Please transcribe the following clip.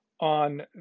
on